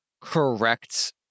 correct